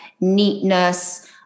neatness